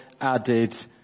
added